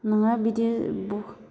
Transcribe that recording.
नङा बिदि बु